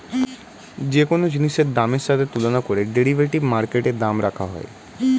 যে কোন জিনিসের দামের সাথে তুলনা করে ডেরিভেটিভ মার্কেটে দাম রাখা হয়